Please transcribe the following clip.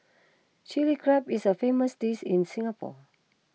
Chilli Crab is a famous dish in Singapore